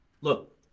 Look